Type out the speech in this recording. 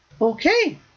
Okay